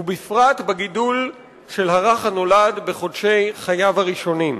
ובפרט בגידול של הרך הנולד בחודשי חייו הראשונים.